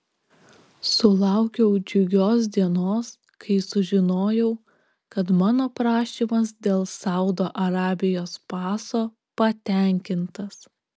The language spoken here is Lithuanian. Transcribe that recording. sulaukiau džiugios dienos kai sužinojau kad mano prašymas dėl saudo arabijos paso patenkintas